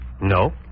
No